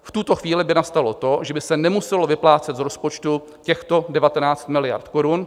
V tuto chvíli by nastalo to, že by se nemuselo vyplácet z rozpočtu těchto 19 miliard korun.